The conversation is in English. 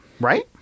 right